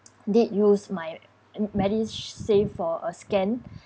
did use my medisave for a scan